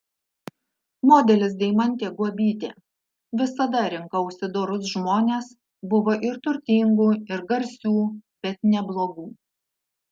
modelis deimantė guobytė visada rinkausi dorus žmones buvo ir turtingų ir garsių bet ne blogų